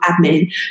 admin